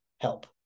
help